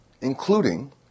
including